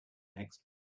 next